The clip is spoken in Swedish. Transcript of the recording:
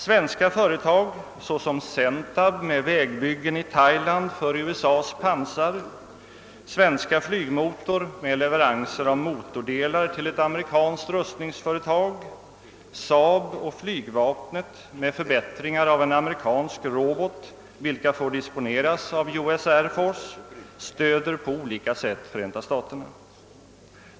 Svenska företag, såsom Sentab med vägbyggen i Thailand för USA:s pansar, Svenska Flygmotor med leveranser av motordelar till ett amerikanskt rustningsföretag, SAAB och flygvapnet med förbättringar av en amerikansk robot — vilken får disponeras av US Air Force — stöder på olika sätt Förenta staterna.